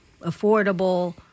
affordable